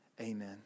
amen